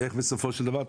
איך בסופו של דבר,